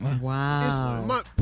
Wow